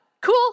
Cool